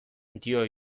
dio